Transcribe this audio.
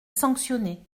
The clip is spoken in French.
sanctionner